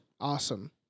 awesome